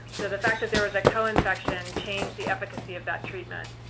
the the fact that there was a coinfection changed the efficacy of that treatment,